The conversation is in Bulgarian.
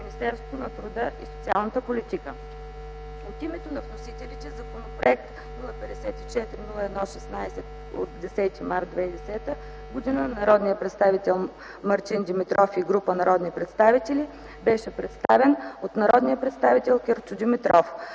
Министерството на труда и социалната политика. От името на вносителите Законопроект № 054-01-16 от 10 март 2010 г. на Мартин Димитров и група народни представители беше представен от народния представител Кирчо Димитров,